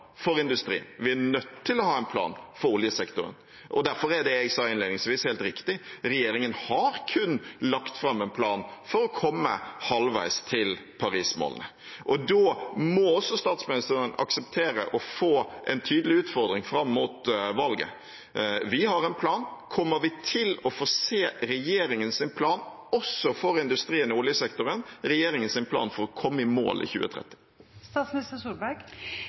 for industrien, og vi er nødt til å ha en plan for oljesektoren. Derfor er det jeg sa innledningsvis, helt riktig – regjeringen har kun lagt fram en plan for å komme halvveis til Paris-målene. Da må også statsministeren akseptere å få en tydelig utfordring fram mot valget. Vi har en plan. Kommer vi til å få se regjeringens plan også for industrien og oljesektoren, regjeringens plan for å komme i mål i